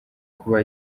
kuba